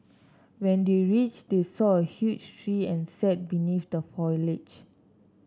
when they reached they saw a huge tree and sat beneath the foliage